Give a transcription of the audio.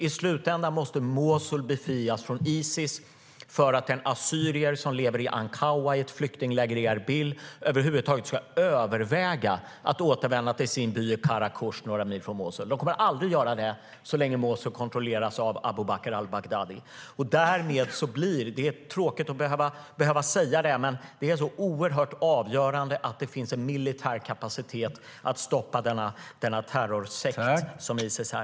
I slutändan måste Mosul befrias från Isis för att den assyrier som lever i Ankawa eller i ett flyktingläger i Erbil över huvud taget ska överväga att återvända till sin by Qaraqosh några mil från Mosul. De kommer aldrig att göra det så länge Mosul kontrolleras av Abu Bakr al-Baghdadi. Därmed blir det - det är tråkigt att behöva säga det - oerhört avgörande att det finns en militär kapacitet att stoppa den terrorsekt Isis är.